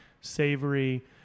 savory